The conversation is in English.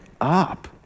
up